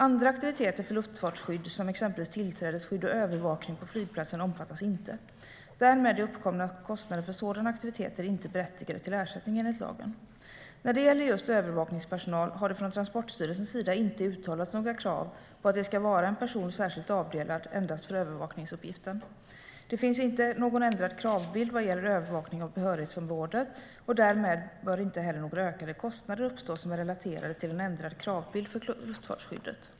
Andra aktiviteter för luftfartsskydd, exempelvis tillträdesskydd och övervakning på flygplatsen, omfattas inte. Därmed är uppkomna kostnader för sådana aktiviteter inte berättigade till ersättning enligt lagen. När det gäller just övervakningspersonal har det från Transportstyrelsens sida inte uttalats några krav på att det ska vara en person särskilt avdelad endast för övervakningsuppgiften. Det finns inte någon ändrad kravbild vad gäller övervakning av behörighetsområdet, och därmed bör inte heller några ökade kostnader uppstå som är relaterade till en ändrad kravbild för luftfartsskyddet.